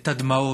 את הדמעות,